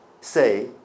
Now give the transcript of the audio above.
say